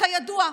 כידוע.